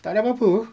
tak ada apa apa